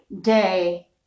day